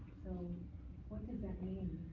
so what does that mean?